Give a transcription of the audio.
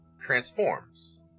transforms